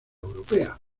europea